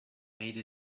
made